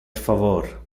favor